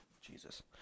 Jesus